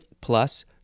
plus